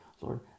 Lord